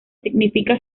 significa